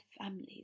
families